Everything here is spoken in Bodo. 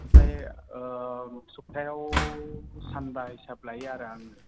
ओमफ्राय सप्तायाव सानबा हिसाब लायो आरो आङो